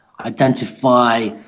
identify